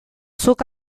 zuk